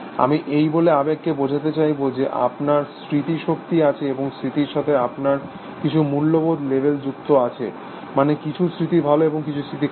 আমি এই বলে আবেগকে বোঝাতে চাইব যে আপনার স্মৃতি শক্তি আছে এবং স্মৃতির সাথে আপনার কিছু মূল্যবোধ লেবেল যুক্ত আছে মানে কিছু স্মৃতি ভালো এবং কিছু স্মৃতি খারাপ